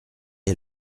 est